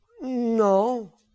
No